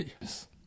Yes